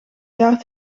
jaar